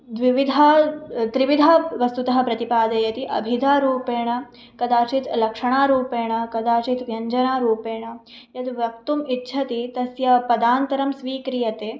द्विविधा त्रिविधा वस्तुतः प्रतिपादयति अभिधा रूपेण कदाचित् लक्षणारूपेण कदाचित् व्यञ्जनारूपेण यद् वक्तुम् इच्छति तस्य पदान्तरं स्वीक्रियते